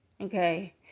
okay